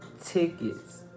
Tickets